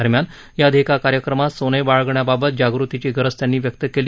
दरम्यान याआधी एका कार्यक्रमात सोन बाळगण्याबाबत जागृतीची गरज त्यांनी व्यक्त केली